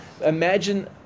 Imagine